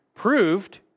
proved